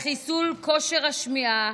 לחיסול כושר השמיעה.